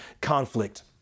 conflict